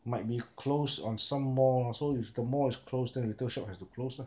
might be close on some mall lah so if the mall is closed then the retail shop has to close lah